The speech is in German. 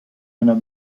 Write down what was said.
einer